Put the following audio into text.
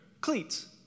cleats